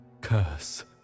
curse